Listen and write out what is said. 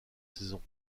saisons